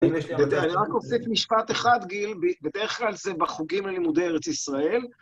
אני רק אוסיף משפט אחד, גיל, בדרך כלל זה בחוגים ללימודי ארץ ישראל.